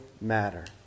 matter